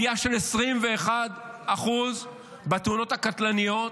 עלייה של 21% בתאונות הקטלניות,